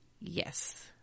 Yes